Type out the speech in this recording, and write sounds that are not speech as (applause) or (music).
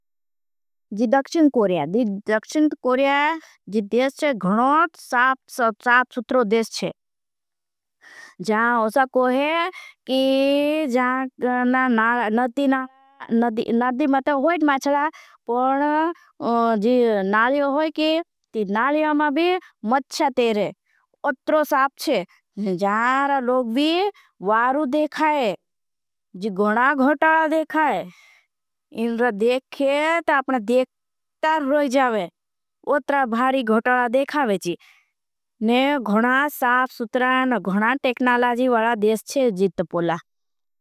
जी दक्षिन कोरिया जी दक्षिन कोरिया जी देश है घनोत साप सुत्रो देश है। जान उसा कोहे जान (unintelligible) नदी में तो होई माचला। पर जी नालियों होई की ती नालियों में भी मच्चा तेरे उत्तरो साप छे। जान लोग भी वारू देखाए जी घणा घटला देखाए इन्हें देखे ता आपने। (hesitation) देखतार रोई जावें उत्तरा भारी घटला देखावें जी। ने घणा साप सुत्रा और घणा टेकनालाजी वाला देश छे जी तपोला।